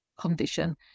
condition